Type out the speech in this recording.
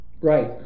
Right